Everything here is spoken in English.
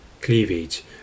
cleavage